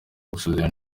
burasirazuba